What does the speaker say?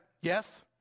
yes